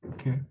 Okay